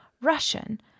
Russian